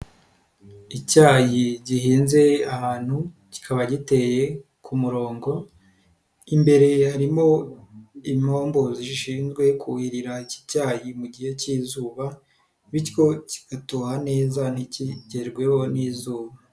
Icyayi gihinze ahantu, kikaba giteye ku murongo, imbere harimo impombo zishinzwe kuhirira iki cyayi mu gihe cy'izuba, bityo kigatoha neza ntikigerweho n'izuba.